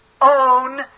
own